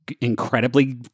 incredibly